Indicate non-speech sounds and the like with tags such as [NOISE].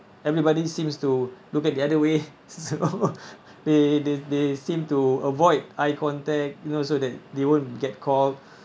everybody seems to look at the other way so [LAUGHS] they they they seem to avoid eye contact you know so that they won't get called